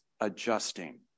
adjusting